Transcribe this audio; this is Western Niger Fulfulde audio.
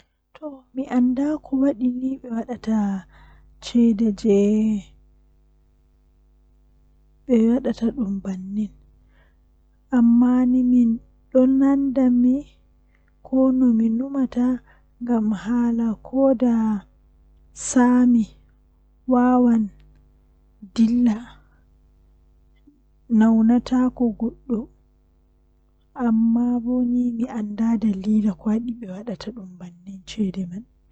Njaram jei mi burdaa yiduki kanjum woni koka kola don balwi ni haa nder fandu manmi andaa nobe wadirta dum kam amma kanjum mi burdaa yiduki nden bo don wela m masin.